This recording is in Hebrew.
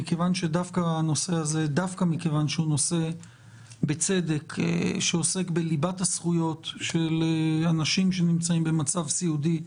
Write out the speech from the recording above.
הנושא הזה הוא נושא שעוסק בליבת הזכויות של אנשים שנמצאים במצב סיעודי,